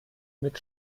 mit